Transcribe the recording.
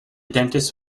dentist